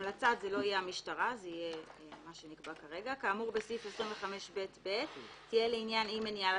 המלצת -- כאמור בסעיף 25ב(ב) תהיה לעניין אי מניעה